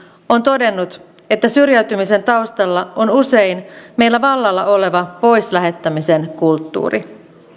on todennut että syrjäytymisen taustalla on usein meillä vallalla oleva pois lähettämisen kulttuuri